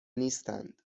نیستند